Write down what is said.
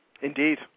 indeed